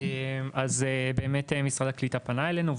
אז באמת משרד הקליטה פנה אלינו,